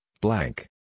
blank